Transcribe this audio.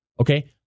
Okay